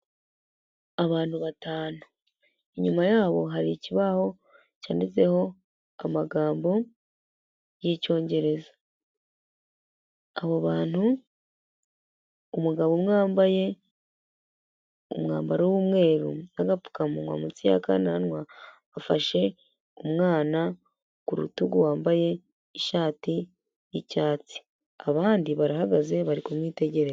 Abantu batanu inyuma yabo hari ikibaho cyanditseho amagambo y'icyongereza, abo bantu umugabo umwe wambaye umwambaro w'umweru nk'agapfukamunwa munsi y'akananwa, afashe umwana ku rutugu wambaye ishati y'icyatsi abandi barahagaze bari kumwitegereza.